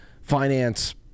Finance